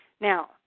Now